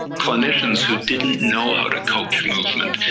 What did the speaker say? clinicians who didn't know how to coach movement,